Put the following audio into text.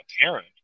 parent